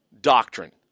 doctrine